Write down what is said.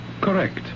Correct